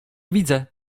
widzę